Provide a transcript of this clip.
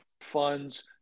funds